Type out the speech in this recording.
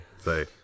Say